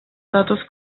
статус